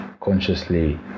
consciously